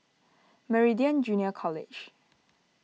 Meridian Junior College